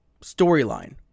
storyline